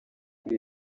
kuri